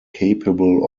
capable